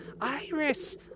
Iris